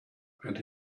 and